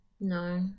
no